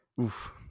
Oof